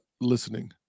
listening